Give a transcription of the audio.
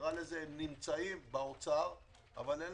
הם נמצאים באוצר, אבל אין